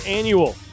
annual